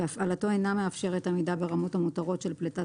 והפעלתו אינה מאפשרת עמידה ברמות המותרות של פליטת